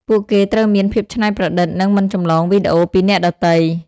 ពួកគេត្រូវមានភាពច្នៃប្រឌិតនិងមិនចម្លងវីដេអូពីអ្នកដទៃ។